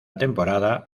temporada